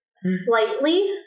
slightly